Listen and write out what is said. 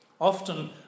often